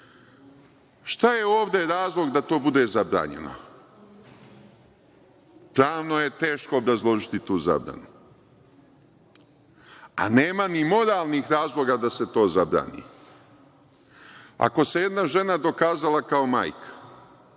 je ovde razlog da to bude zabranjeno? Pravno je teško obrazložiti tu zabranu, a nema ni moralnih razloga da se to zabrani. Ako se jedna žena dokazala kao majka,